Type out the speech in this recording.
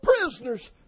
prisoners